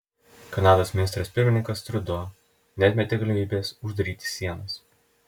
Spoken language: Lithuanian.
kanados ministras pirmininkas trudo neatmetė galimybės uždaryti sienas